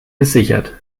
gesichert